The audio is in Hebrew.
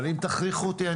אבל אם תכריחו אותי,